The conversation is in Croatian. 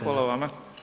Hvala vama.